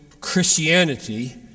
Christianity